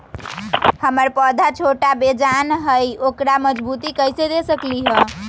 हमर पौधा छोटा बेजान हई उकरा मजबूती कैसे दे सकली ह?